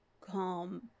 calm